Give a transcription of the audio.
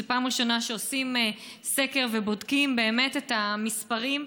זו פעם ראשונה שעושים סקר ובודקים באמת את המספרים,